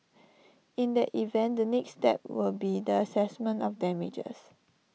in that event the next step will be the Assessment of damages